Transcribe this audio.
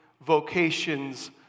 vocations